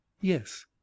Yes